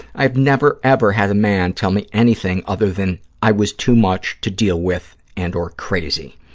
i have never, ever had a man tell me anything other than i was too much to deal with and or crazy.